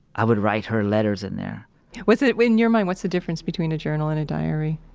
i would write her letters in there was it wait, in your mind, what's the difference between a journal and a diary?